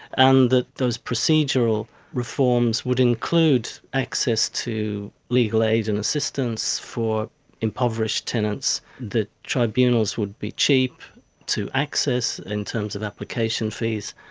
and that those procedural reforms would include access to legal aid and assistance for impoverished tenants, that tribunals would be cheap to access in terms of application fees.